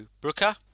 Brooker